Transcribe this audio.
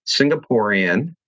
Singaporean